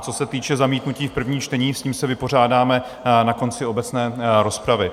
Co se týče zamítnutí v prvním čtení, s tím se vypořádáme na konci obecné rozpravy.